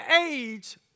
age